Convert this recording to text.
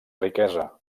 riquesa